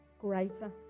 greater